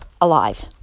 alive